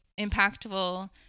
impactful